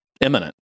imminent